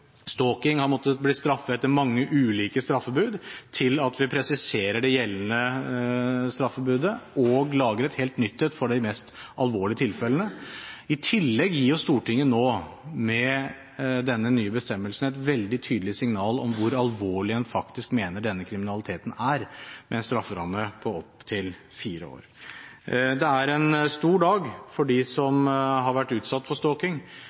har måttet bli straffet etter mange ulike straffebud, til at vi presiserer det gjeldende straffebudet og lager et helt nytt et for de mest alvorlige tilfellene. I tillegg gir Stortinget med denne nye bestemmelsen et veldig tydelig signal om hvor alvorlig en mener denne kriminaliteten er, med en strafferamme på opp til fire år. Det er en stor dag for dem som har vært utsatt for